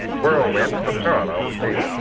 whirlwind is a parallel machine.